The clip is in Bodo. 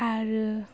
आरो